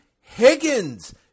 higgins